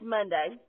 Monday